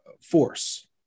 force